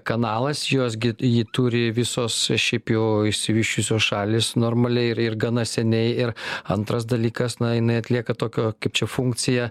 kanalas jos gi jį turi visos šiaip jau išsivysčiusios šalys normaliai ir ir gana seniai ir antras dalykas na jinai atlieka tokio čia funkciją